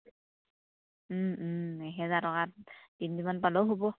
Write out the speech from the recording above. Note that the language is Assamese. ও ও এহেজাৰ টকাত তিনিযোৰ মান পালেও হ'ব